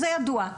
זה ידוע.